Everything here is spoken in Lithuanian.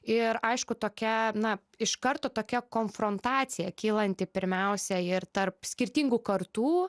ir aišku tokia na iš karto tokia konfrontacija kylanti pirmiausia ir tarp skirtingų kartų